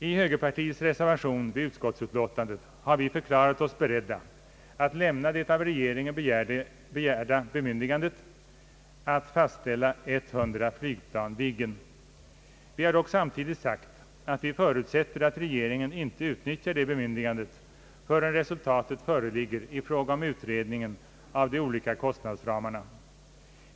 I högerpartiets reservation vid utskottsutlåtandet har vi förklarat oss beredda att lämna det av regeringen begärda bemyndigandet att beställa 100 flygplan Viggen. Vi har dock samtidigt sagt att vi förutsätter att regeringen inte utnyttjar det bemyndigandet förrän resultatet föreligger i fråga om utredningen av de olika kostnadsramarna.